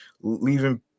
leaving